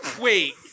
Wait